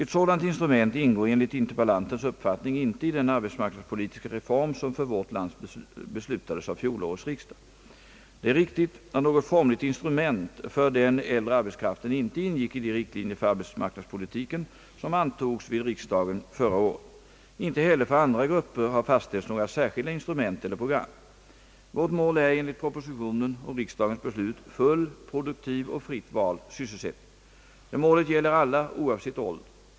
Ett sådant instrument ingår enligt interpellantens uppfattning inte i den arbetsmarknadspolitiska reform, som för vårt land beslutades av fjolårets riksdag. Det är riktigt att något formligt instrument för den äldre arbetskraften inte ingick i de riktlinjer för arbetsmarknadspolitiken som antogs vid riksdagen förra året. Inte heller för andra grupper har fastställts några särskilda instrument eller program. Vårt mål är enligt propositionen och riksdagens beslut full, produktiv och fritt vald sysselsättning. Det målet gäller alla oavsett ålder.